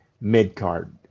mid-card